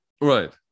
right